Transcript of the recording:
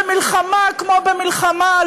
במלחמה כמו במלחמה.